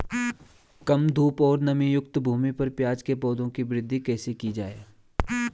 कम धूप और नमीयुक्त भूमि पर प्याज़ के पौधों की वृद्धि कैसे की जाए?